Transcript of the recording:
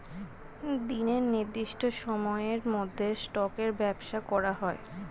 দিনের নির্দিষ্ট সময়ের মধ্যে স্টকের ব্যবসা করা হয়